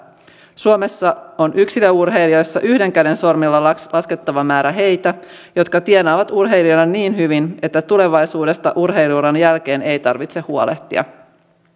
suomessa on yksilöurheilijoissa yhden käden sormilla laskettava määrä heitä jotka tienaavat urheilijoina niin hyvin että tulevaisuudesta urheilu uran jälkeen ei tarvitse huolehtia